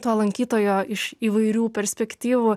to lankytojo iš įvairių perspektyvų